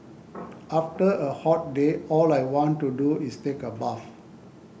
after a hot day all I want to do is take a bath